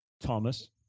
Thomas